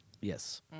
Yes